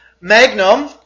Magnum